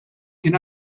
kien